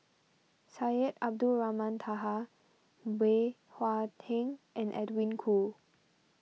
Syed Abdulrahman Taha Bey Hua Heng and Edwin Koo